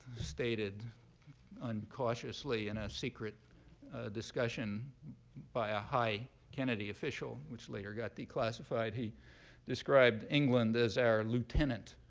stated uncautiously in a secret discussion by a high kennedy official, which later got declassified. he described england as our lieutenant.